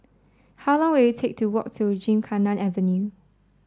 how long will it take to walk to Gymkhana Avenue